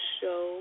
show